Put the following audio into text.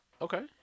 Okay